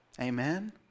Amen